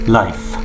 life